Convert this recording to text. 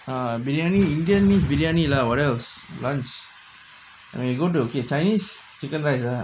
ah biryani indian means biryani lah what else lunch and you go to a good chinese chicken rice ah